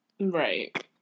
Right